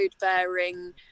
bearing